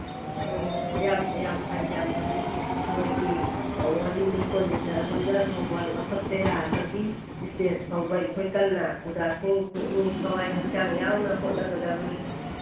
ꯑꯥ ꯌꯥꯝ ꯌꯥꯝ ꯐꯩ ꯌꯥꯝ ꯐꯩ ꯃꯣꯏꯒꯤ ꯋꯥꯔꯤꯅꯤ ꯄꯣꯖꯤꯁꯟ ꯍꯣꯜꯗꯔ ꯐꯥꯎꯕ ꯂꯧꯈꯠꯄ ꯌꯥꯕꯒꯤ ꯏꯁꯇꯦꯖ ꯐꯥꯎꯕ ꯑꯩꯈꯣꯏ ꯀꯟꯅ ꯑꯣꯖꯥꯁꯤꯡ ꯄꯨꯛꯅꯤꯡ ꯊꯋꯥꯏ ꯍꯛꯆꯥꯡ ꯌꯥꯎꯅ ꯍꯣꯠꯅꯒꯗꯕꯅꯤ